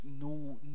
no